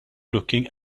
looking